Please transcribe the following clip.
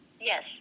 Yes